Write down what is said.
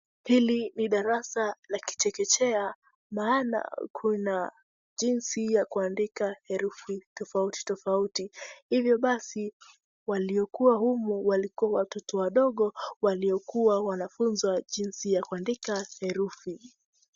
Hili ni darasa la kichekechea maana kuna jinsi ya kuandika herufi tofauti tofauti. Hivyo basi waliokuwa humu walikuwa watoto wadogo waliokuwa wanafuzwa jinsi ya kuandika herufi.